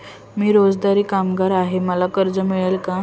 मी रोजंदारी कामगार आहे मला कर्ज मिळेल का?